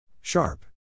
Sharp